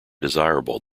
desirable